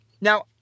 Now